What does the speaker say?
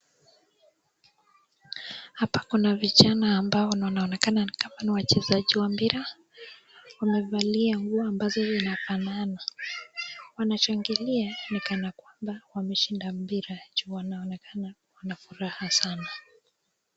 Hapa Kuna vijana ambao wanaonekana ni wachezaji wa mpira wamevalia nguo ambazo zinafanana wanashangilia ni kana kwamba wameshinda mpira juu wanaonekana wanafuraha sana.